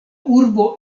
urbo